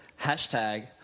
hashtag